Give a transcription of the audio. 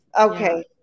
Okay